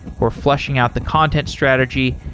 we're flushing out the content strategy,